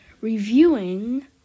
reviewing